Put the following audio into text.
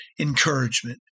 encouragement